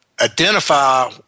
identify